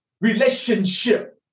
relationship